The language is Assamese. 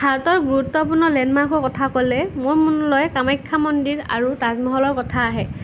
ভাৰতৰ গুৰুত্বপূৰ্ণ লেণ্ডমাৰ্কৰ কথা ক'লে মোৰ মনলৈ কামাখ্যা মন্দিৰ আৰু তাজ মহলৰ কথা আহে